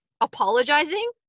apologizing